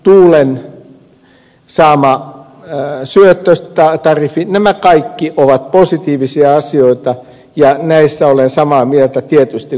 bioenergian tukiasiat biokaasu tuulen saama syöttötariffi nämä kaikki ovat positiivisia asioita ja näissä olen tietysti samaa mieltä kuin ed